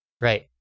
Right